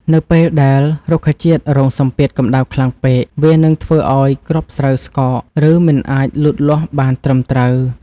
នៅពេលដែលរុក្ខជាតិរងសម្ពាធកម្ដៅខ្លាំងពេក វានឹងធ្វើឱ្យគ្រាប់ស្រូវស្កក ឬមិនអាចលូតលាស់បានត្រឹមត្រូវ។